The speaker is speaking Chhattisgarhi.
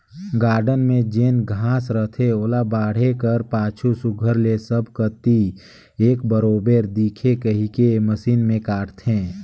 गारडन में जेन घांस रहथे ओला बाढ़े कर पाछू सुग्घर ले सब कती एक बरोबेर दिखे कहिके मसीन में काटथें